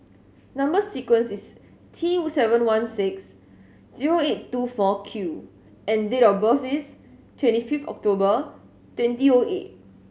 number sequence is T seven one six zero eight two four Q and date of birth is twenty fifth October twenty O eight